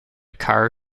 car